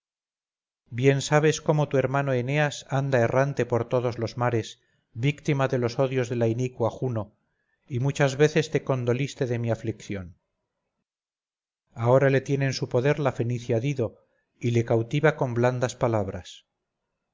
bien sabes cómo tu hermano eneas anda errante por todos los mares víctima de los odios de la inicua juno y muchas veces te condoliste de mi aflicción ahora le tiene en su poder la fenicia dido y le cautiva con blandas palabras